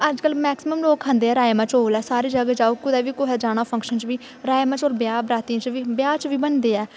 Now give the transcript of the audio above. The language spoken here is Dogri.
अजकल्ल मैक्सिमम लोक खंदे ऐ राजमाह् चौल ऐ सारी जगहा जाओ कुतै बी कुहै जाना फंक्शन च बी राजमाह् चौल ब्याह् बराती च बी ब्याह् च बी बंदे ऐ